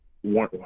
one